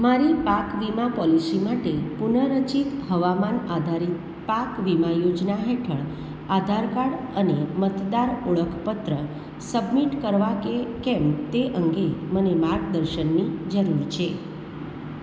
મારી પાક વીમા પોલિસી માટે પુન રચિત હવામાન આધારિત પાક વીમા યોજના હેઠળ આધાર કાર્ડ અને મતદાર ઓળખપત્ર સબમિટ કરવા કે કેમ તે અંગે મને માર્ગદર્શનની જરૂર છે